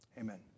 Amen